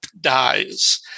Dies